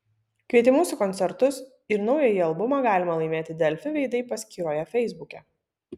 kvietimus į koncertus ir naująjį albumą galima laimėti delfi veidai paskyroje feisbuke